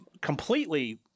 completely